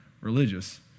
religious